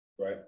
Right